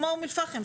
כמו אום אל פאחם,